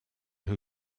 who